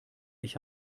ich